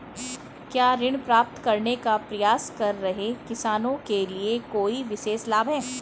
क्या ऋण प्राप्त करने का प्रयास कर रहे किसानों के लिए कोई विशेष लाभ हैं?